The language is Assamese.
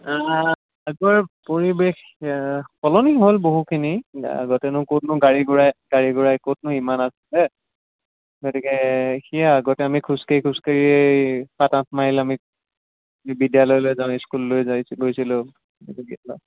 আগৰ পৰিৱেশ সলনি হ'ল বহুখিনি আগতেনো ক'তনো গাড়ী ঘোৰা গাড়ী ঘোৰা ক'তনো ইমান আছিলে গতিকে সেয়া আগতে আমি খোজ কাঢ়ি খোজ কাঢ়ি সাত আঠ মাইল আমি বিদ্যালয়লৈ যাওঁ স্কুললৈ যাই গৈছিলোঁ গ